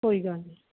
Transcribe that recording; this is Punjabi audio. ਕੋਈ ਗੱਲ ਨਹੀਂ